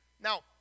Now